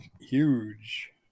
huge